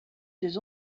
des